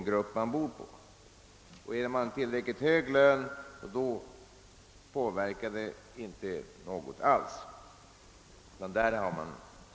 Har man däremot tillräckligt hög lön påverkas den inte alls av dyrortsgrupperingen.